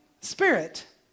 Spirit